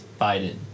Biden